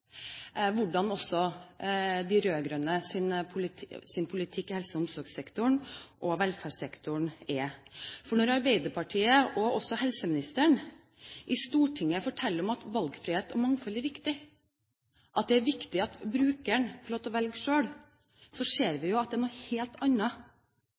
hvordan de rød-grønnes politikk i helse-, omsorgs- og velferdssektoren er. Arbeiderpartiet og helseministeren i Stortinget forteller at valgfrihet og mangfold er viktig, at det er viktig at brukeren får lov til å velge selv, men vi ser